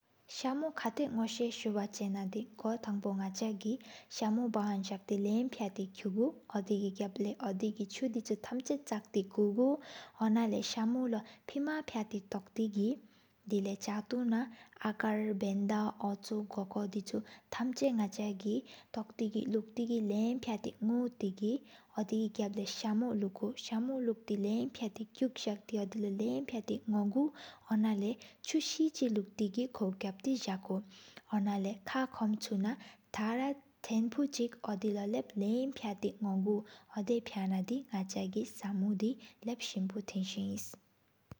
སམོ་ཁ་ཏ་ནོག་ཤ་སུབ་ཡེ་ན་འདི། གོ་ཐང་པོ་ནག་ཅ་གི་སམོ་བ་ཧོན་ཟག་ཏེ། ལྷམ་ཕི་ཏེ་ཁུ་གུ་འོ་དེ་གི་གབ་ལེ། འོ་དེ་གི་ཆུ་ཐམ་ཅན་ཆག་ཏེ་ཀོགུ། ཨོ་ན་ལེ་སམོ་ལོ་ཕེ་མ་ཕི་ཏེ་སྟོག་ཏེ་གི། དེ་ལ་ཆག་ཏོ་ན་ཨ་ཁར་བེན་ད་འོ་ཆུང་། གོ་ཀོ་དི་ཆུ་ཐམ་ཅན་ནག་ཅ་གི། སྟོག་ཏི་གི་ལུག་ཏི་གི་ལྷམ་ཕི་ཏ་ནོ་ཏེ་གི། འོ་དེ་གི་གབ་ལེ་ས་མུ་ལུ་ཀུ། སམོ་ལུག་ཏེ་ལྷམ་ཕི་ཏ་གུག་ཟག་ཏེ། འོ་དེ་ལོ་ལྷམ་ཕ་ཏ་ནོག་གུ། སོ་ད་ལེ་ཆུ་ཤེས་ཆིག་ལུག་ཏེ་གི་ཁོའི་ཁ་བ་ཏེ་ཟ་ཁུ། ཨོ་ན་ལེ་ཁ་ཁོམ་ཆུ་ན་ཐ་ར་ཐན་པོ་ཆིག། འོ་དེ་ལོ་ལྷམ་ཕི་ཏ་ནོག་གུ་འོ་དེ་ཕི་ན། སམོ་དེ་ལྷབ་ཏེ་སིམ་པོ་ཐན་ཅ་ཨིན།